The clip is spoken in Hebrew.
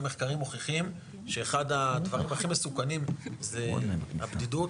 גם מחקרים מוכיחים שאחד הדברים הכי מסוכנים זה הבדידות.